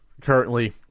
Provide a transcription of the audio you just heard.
currently